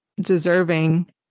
deserving